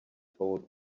told